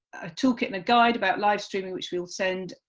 a toolkit and a guide about livestreaming which we will send,